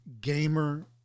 gamer